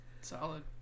Solid